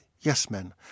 yes-men